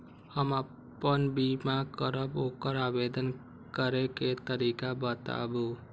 हम आपन बीमा करब ओकर आवेदन करै के तरीका बताबु?